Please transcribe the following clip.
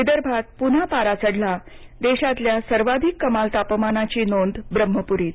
विदर्भात पुन्हा पारा चढला देशातल्या सर्वाधिक कमाल तापमानाची नोंद ब्रह्मपुरीत